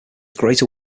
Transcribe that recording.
greater